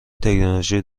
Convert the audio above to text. تکنولوژی